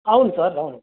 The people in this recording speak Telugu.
అవును సార్ అవును